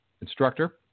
instructor